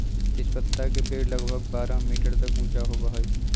तेजपत्ता के पेड़ लगभग बारह मीटर तक ऊंचा होबा हई